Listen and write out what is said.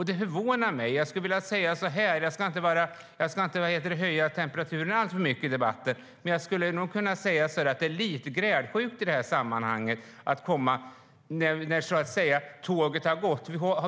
Det förvånar mig. Jag ska inte höja temperaturen alltför mycket i debatten, men det är lite grälsjukt att komma när tåget har gått.